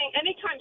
anytime